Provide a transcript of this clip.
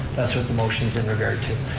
that's what the motion's in regard to.